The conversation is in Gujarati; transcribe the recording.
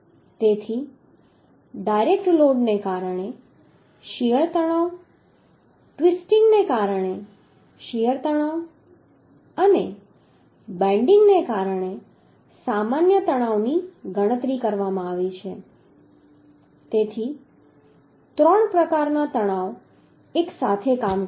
તેથી ડાયરેક્ટ લોડને કારણે શીયર તણાવ ટ્વિસ્ટિંગને કારણે શીયર તણાવ અને બેન્ડિંગને કારણે સામાન્ય તણાવની ગણતરી કરવામાં આવી છે તેથી ત્રણ પ્રકારના તણાવ એકસાથે કામ કરે છે